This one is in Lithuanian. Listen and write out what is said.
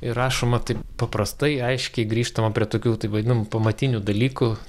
ir rašoma taip paprastai aiškiai grįžtama prie tokių taip vadinamų pamatinių dalykų